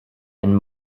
and